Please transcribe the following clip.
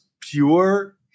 pure